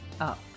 up